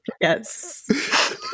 yes